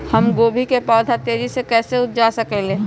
हम गोभी के पौधा तेजी से कैसे उपजा सकली ह?